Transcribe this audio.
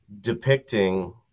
depicting